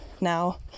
now